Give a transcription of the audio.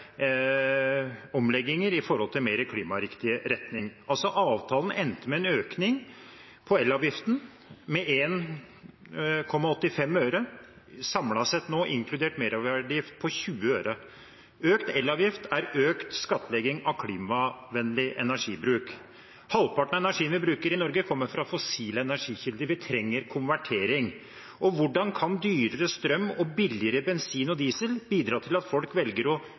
omlegginger i mer klimariktig retning. Avtalen endte altså med en økning av elavgiften på 1,85 øre samlet sett, inkludert merverdiavgift på 20 øre. Økt elavgift er økt skattlegging av klimavennlig energibruk. Halvparten av energien vi bruker i Norge, kommer fra fossile energikilder. Vi trenger konvertering. Hvordan kan dyrere strøm og billigere bensin og diesel bidra til at folk velger å